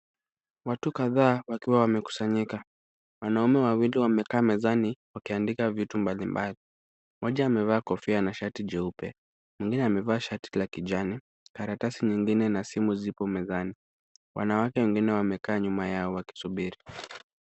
Watu kadhaa wakiwa wamekusanyika. Wanaume wawili wamekaa mezani wakiandika vitu mbalimbali. Mmoja amevaa kofia na shati jeupe. Mwingine amevaa shati la kijani. Karatasi nyingine na simu zipo mezani. Wanawake wengine wamekaa nyuma yao wakisubiri.